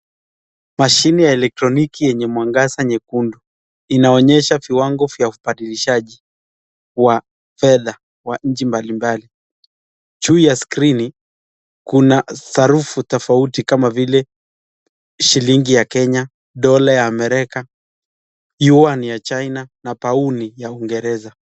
Mashini ya elektroniki yenye mwangaza nyekundu inaonyesha viwango vya ubadilishaji wa fedha wa nchi mbalimbali. Juu ya skrini kuna sarufu tofauti kama vile shilingi ya Kenya, dola ya America, yuan ya China na pauni ya Ungereza.